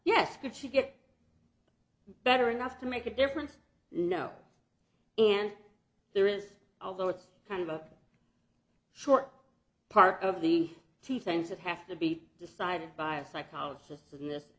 yes could she get better enough to make a difference no and there is although it's kind of a short part of the key things that have to be decided by a psychologist and this